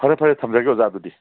ꯐꯔꯦ ꯐꯔꯦ ꯊꯝꯖꯔꯒꯦ ꯑꯣꯖꯥ ꯑꯗꯨꯗꯤ